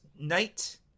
night